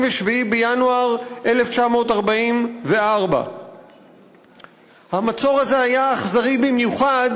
בינואר 1944. המצור הזה היה אכזרי במיוחד,